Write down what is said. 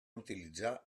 utilitzar